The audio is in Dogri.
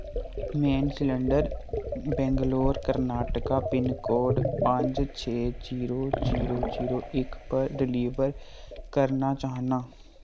main cylinder Bangalore Karnataka pin code पंज छे जीरो जीरो जीरो इक पर डलीवर करना चाह्न्नां